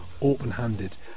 open-handed